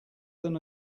than